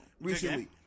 recently